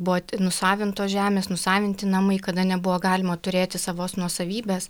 buvo nusavintos žemės nusavinti namai kada nebuvo galima turėti savos nuosavybės